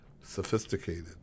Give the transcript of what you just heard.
sophisticated